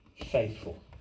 faithful